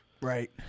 Right